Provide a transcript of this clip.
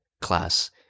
class